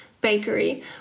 bakery